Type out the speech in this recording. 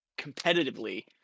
competitively